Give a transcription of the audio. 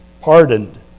Pardoned